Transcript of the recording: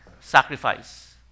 sacrifice